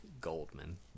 Goldman